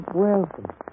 welcome